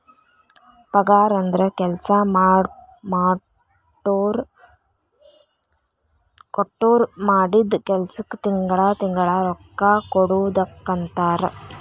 ಪಗಾರಂದ್ರ ಕೆಲ್ಸಾ ಕೊಟ್ಟೋರ್ ಮಾಡಿದ್ ಕೆಲ್ಸಕ್ಕ ತಿಂಗಳಾ ತಿಂಗಳಾ ರೊಕ್ಕಾ ಕೊಡುದಕ್ಕಂತಾರ